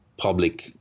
public